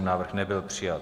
Návrh nebyl přijat.